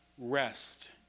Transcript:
rest